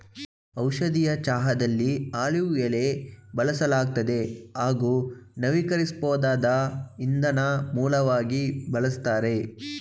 ಔಷಧೀಯ ಚಹಾದಲ್ಲಿ ಆಲಿವ್ ಎಲೆ ಬಳಸಲಾಗ್ತದೆ ಹಾಗೂ ನವೀಕರಿಸ್ಬೋದಾದ ಇಂಧನ ಮೂಲವಾಗಿ ಬಳಸ್ತಾರೆ